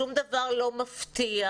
שום דבר לא מפתיע,